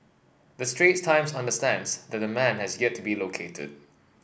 the Straits Times understands that the man has yet to be located